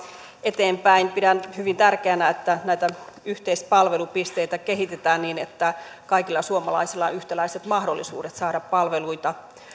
eteenpäin pidän hyvin tärkeänä että näitä yhteispalvelupisteitä kehitetään niin että kaikilla suomalaisilla on yhtäläiset mahdollisuudet saada palveluita